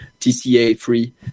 TCA-free